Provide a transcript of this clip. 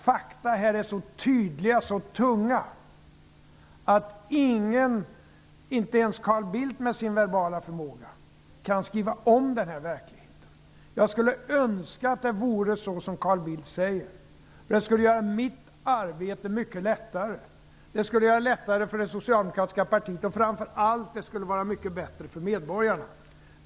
Fakta är här så tydliga och så tunga att ingen, inte ens Carl Bildt med sin verbala förmåga, kan skriva om denna verklighet. Jag skulle önska att det vore så som Carl Bildt säger. Det skulle göra mitt arbete mycket lättare. Det skulle göra det lättare för det socialdemokratiska partiet och skulle framför allt vara mycket bättre för medborgarna.